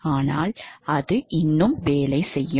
ஆனால் அது இன்னும் வேலை செய்யும்